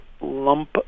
lump